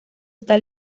está